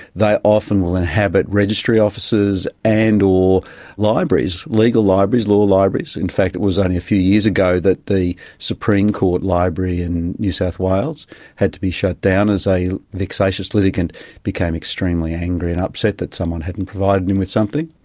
they often will inhabit registry offices and or libraries, legal libraries, law libraries. in fact it was only a few years ago that the supreme court library in new south wales had to be shut down as a vexatious litigant became extremely angry and upset that someone hadn't provided him with something.